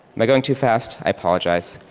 am i going too fast? i apologize.